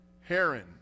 Heron